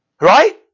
Right